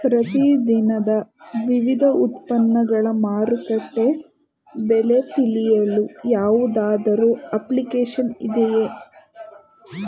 ಪ್ರತಿ ದಿನದ ವಿವಿಧ ಉತ್ಪನ್ನಗಳ ಮಾರುಕಟ್ಟೆ ಬೆಲೆ ತಿಳಿಯಲು ಯಾವುದಾದರು ಅಪ್ಲಿಕೇಶನ್ ಇದೆಯೇ?